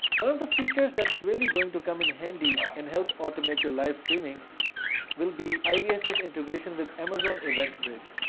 one of the features that's really going to come in handy and help automate your live streaming will be ivs's integration with amazon eventbridge.